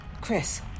Chris